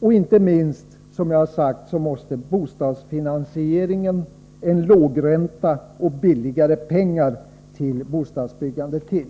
Inte minst måste, som jag har sagt, bostadsfinansieringen bli sådan att man får en låg ränta och billigare pengar till bostadsbyggandet. Med